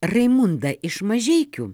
raimunda iš mažeikių